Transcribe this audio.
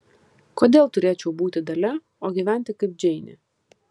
kodėl turėčiau būti dalia o gyventi kaip džeinė